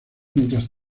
mientras